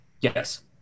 Yes